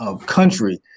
country